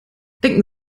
denken